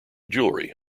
jewellery